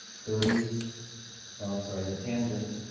thirty or i'm sorry the tangent